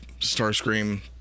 Starscream